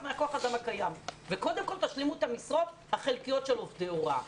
מכוח האדם הקיים וקודם כל תשלימו את המשרות החלקיות של עובדי ההוראה.